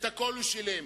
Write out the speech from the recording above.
את הכול הוא שילם.